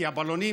כי הבלונים